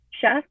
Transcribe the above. chef